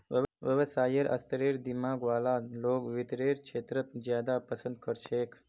व्यवसायेर स्तरेर दिमाग वाला लोग वित्तेर क्षेत्रत ज्यादा पसन्द कर छेक